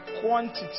quantity